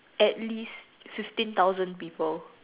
at least fifteen thousand people